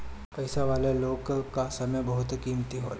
पईसा वाला लोग कअ समय बहुते कीमती होला